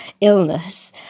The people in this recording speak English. illness